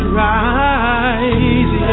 rise